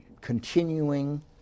continuing